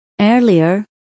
Earlier